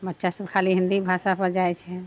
बच्चा सभ खाली हिन्दी भाषापर जाइ छै